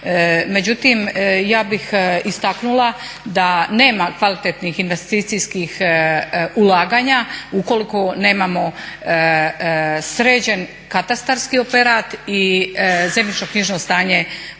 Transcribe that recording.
Međutim, ja bih istaknula da nema kvalitetnih investicijskih ulaganja ukoliko nemamo sređen katastarskih operat i zemljišno-knjižno stanje